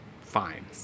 fine